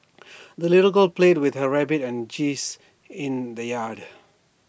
the little girl played with her rabbit and geese in the yard